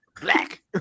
Black